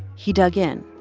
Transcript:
he dug in.